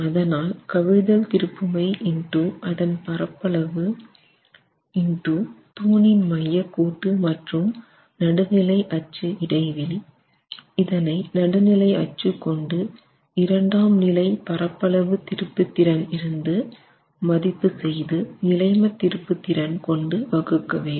அதனால் கவிழ்தல்திருப்புமை x அதன் பரப்பளவு x தூணின் மையக்கோட்டு மற்றும் நடுநிலை அச்சு இடைவெளி இதனை நடுநிலை அச்சு கொண்டு இரண்டாம் நிலை பரப்பளவு திருப்புத்திறன் இருந்து மதிப்பு செய்த நிலைமத் திருப்புத்திறன் கொண்டு வகுக்க வேண்டும்